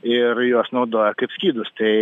ir juos naudoja kaip skydus tai